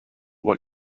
what